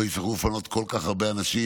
לא יצטרכו לפנות כל כך הרבה אנשים